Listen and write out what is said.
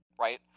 right